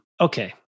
Okay